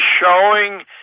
showing